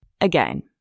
Again